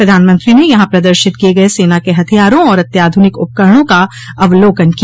प्रधानमंत्री ने यहां प्रदर्शित किये गये सेना के हथियारों और अत्याधुनिक उपकरणों का अवलोकन किया